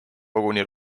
koguni